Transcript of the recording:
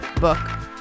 book